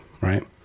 Right